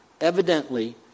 evidently